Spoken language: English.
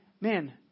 man